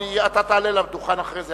אתה תעלה לדוכן אחרי זה,